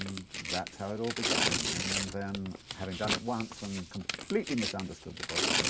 that's how it all began. and then having done it once and completely misunderstood the book,